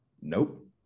nope